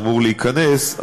שאמור להיכנס,